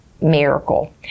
miracle